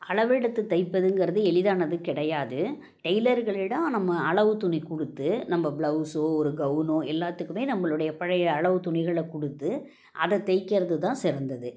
அளவெடுத்து தைப்பதுங்கிறது எளிதானது கிடையாது டெய்லர்களிடம் நம்ம அளவுத் துணி கொடுத்து நம்ம ப்ளவுஸோ ஒரு கௌனோ எல்லாத்துக்குமே நம்மளுடைய பழைய அளவுத் துணிகளை கொடுத்து அதை தைக்கிறது தான் சிறந்தது